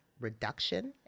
reduction